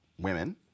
women